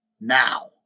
now